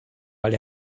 weil